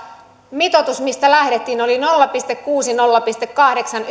mitoitus mistä lähdettiin oli ympärivuorokautisessa hoivassa nolla pilkku kuusi viiva nolla pilkku kahdeksan